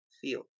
feel